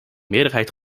meerderheid